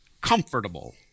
comfortable